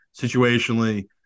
situationally